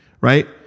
Right